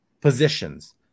Positions